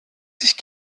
sich